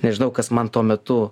nežinau kas man tuo metu